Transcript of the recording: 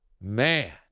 Man